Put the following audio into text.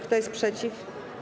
Kto jest przeciw?